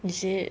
is it